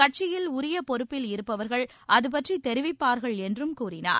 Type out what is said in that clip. கட்சியில் உரிய பொறுப்பில் இருப்பவர்கள் அதுபற்றி தெரிவிப்பார்கள் என்றும் கூறினார்